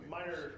minor